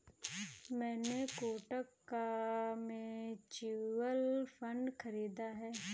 मैंने कोटक का mutual fund खरीदा है